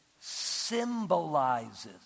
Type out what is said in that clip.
symbolizes